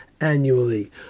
annually